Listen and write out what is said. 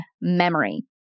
memory